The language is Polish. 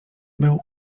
był